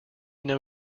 know